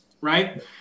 right